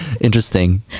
Interesting